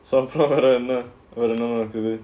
Safra and eleanor